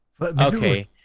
Okay